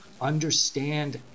understand